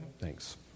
Thanks